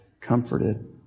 comforted